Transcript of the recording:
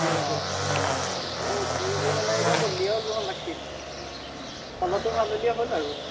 অঁ এহ কি কি মানে ইতা বৰলিয়ে ওলবো হেন লাগছি পলহটো ভাল হ'লিয়ে হ'ল আৰু